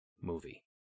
movie